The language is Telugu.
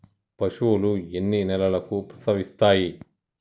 పశువులు ఎన్ని నెలలకు ప్రసవిస్తాయి?